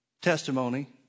testimony